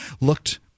looked